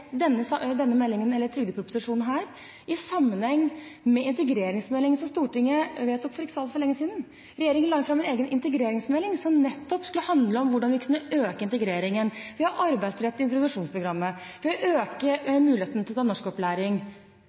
denne meldingen eller trygdeproposisjonen i sammenheng med integreringsmeldingen som Stortinget vedtok for ikke så lenge siden. Regjeringen la fram en egen integreringsmelding som nettopp skulle handle om hvordan vi kunne øke integreringen – ved å arbeidsrette introduksjonsprogrammet, ved å øke muligheten til å ta norskopplæring